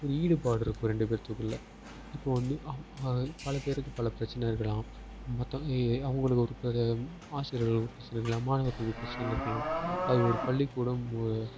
ஒரு ஈடுபாடு இருக்கும் ரெண்டு பேர்த்துக்குள்ள இப்போது வந்து பல பேருக்கு பல பிரச்சனை இருக்கலாம் மற்றவங்க ஏ அவங்களுக்கு ஒரு ஆசிரியர்கள் ஒரு பிரச்சனையில் இருக்கலாம் மாணவர்களுக்கு ஒரு பிரச்சனையில் இருக்கலாம் அது ஒரு பள்ளிக்கூடம் ஒரு